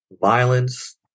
violence